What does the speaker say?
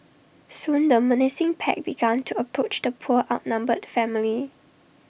soon the menacing pack began to approach the poor outnumbered family